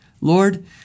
Lord